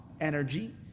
energy